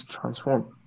transform